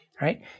right